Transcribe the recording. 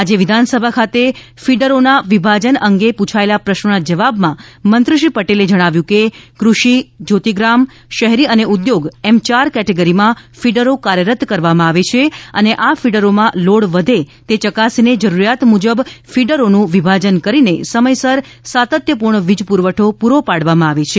આજે વિધાનસભા ખાતે ફિડરોના વિભાજન અંગેના પ્રશ્નના પ્રત્યુત્તરમાં મંત્રી શ્રી એ જણાવ્યું હતું કે કૃષિ શ્યોતિગ્રામ શહેરી અને ઉદ્યોગ એમ ચાર કેટેગરીમાં ફિડરો કાર્યરત કરવામાં આવે છે અને આ ફિડરોમાં લોડ વધે એ ચકાસીને જરૂરિયાત મુજબ ફિડરોનું વિભાજન કરીને સમયસર સાતત્યપૂર્ણ વીજપુરવઠો પૂરો પાડવામાં આવે છે